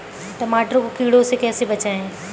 टमाटर को कीड़ों से कैसे बचाएँ?